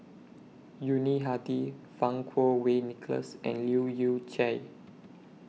Yuni Hadi Fang Kuo Wei Nicholas and Leu Yew Chye